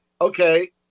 okay